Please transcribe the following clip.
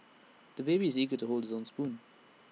the baby is eager to hold his own spoon